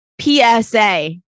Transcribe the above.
PSA